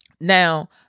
Now